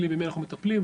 במי אנחנו מטפלים,